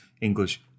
English